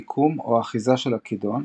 מיקום או אחיזה של הכידון,